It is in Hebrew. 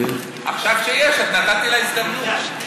עכשיו, שיש, אז נתתי לה הזדמנות.